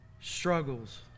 struggles